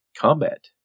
combat